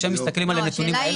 כשמסתכלים על הנתונים האלה --- לא,